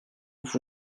vous